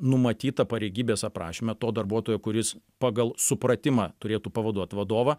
numatyta pareigybės aprašyme to darbuotojo kuris pagal supratimą turėtų pavaduot vadovą